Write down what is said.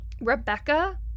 Rebecca